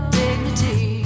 dignity